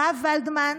הרב ולדמן,